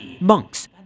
monks